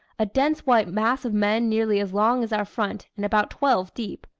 a dense white mass of men nearly as long as our front and about twelve deep.